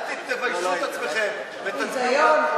אל תביישו את עצמכם ותצביעו,